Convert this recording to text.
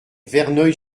verneuil